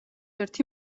ერთი